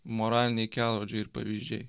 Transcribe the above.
moraliniai kelrodžiai ir pavyzdžiai